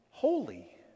holy